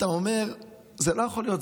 אתה אומר: זה לא יכול להיות,